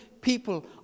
people